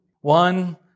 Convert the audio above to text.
One